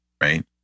right